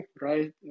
right